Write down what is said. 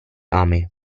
army